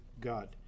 God